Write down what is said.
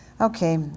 Okay